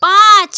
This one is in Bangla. পাঁচ